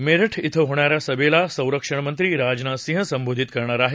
मेरठ िं होणाऱ्या सभेला संरक्षणमंत्री राजनाथ सिंह संबोधित करणार आहेत